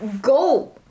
go